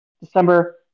December